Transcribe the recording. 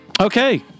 Okay